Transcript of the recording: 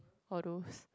or those